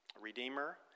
Redeemer